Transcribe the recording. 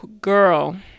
girl